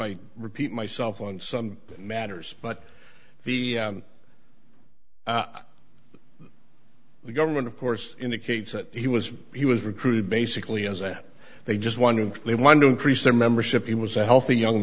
i repeat myself on some matters but the the government of course indicates that he was he was recruited basically as that they just wondered if they wanted to increase their membership he was a healthy young